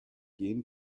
gehen